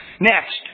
Next